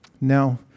Now